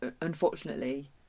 unfortunately